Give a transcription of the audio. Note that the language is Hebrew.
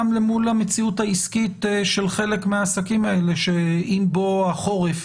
גם למול המציאות העסקית של חלק מהעסקים האלה שעם בוא החורף,